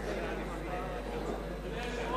אדוני היושב-ראש,